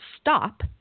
stop